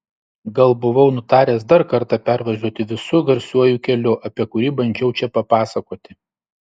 gal buvau nutaręs dar kartą pervažiuoti visu garsiuoju keliu apie kurį bandžiau čia papasakoti